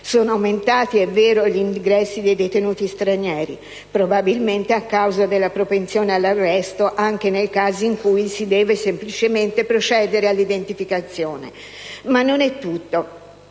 Sono aumentati, è vero, gli ingressi di detenuti stranieri, probabilmente a causa della propensione all'arresto anche nei casi in cui si deve semplicemente procedere all'identificazione. Ma non è tutto: